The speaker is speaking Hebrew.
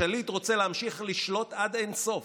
השליט רוצה להמשיך לשלוט עד אין-סוף,